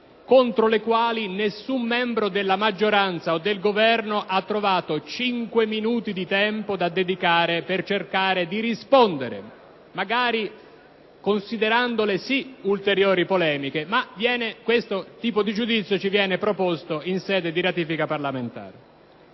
per le quali nessun membro della maggioranza o del Governo ha trovato cinque minuti di tempo da dedicarvi per cercare di rispondere, magari considerandole sì ulteriori polemiche; questo tipo di giudizio ci viene invece proposto in sede di ratifica parlamentare.